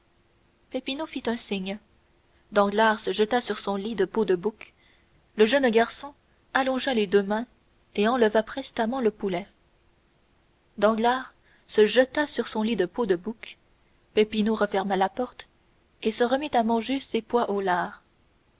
diable vous ne savez pas à qui vous avez affaire peppino fit un signe le jeune garçon allongea les deux mains et enleva prestement le poulet danglars se jeta sur son lit de peaux de bouc peppino referma la porte et se remit à manger ses pois